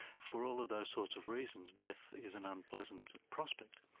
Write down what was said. for all of those sorts of reasons death is an unpleasant prospect,